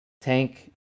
Tank